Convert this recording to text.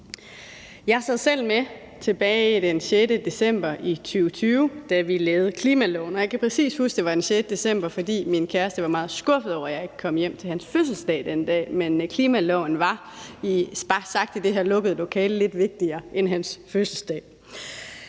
Jeg sad selv med tilbage den 6. december i 2020, da vi lavede klimaloven, og jeg kan præcis huske, at det var den 6. december, fordi min kæreste var meget skuffet over, at jeg ikke kom hjem til hans fødselsdag den dag, men klimaloven var – bare sagt i det her lukkede lokale – lidt vigtigere end hans fødselsdag.